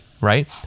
right